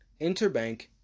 Interbank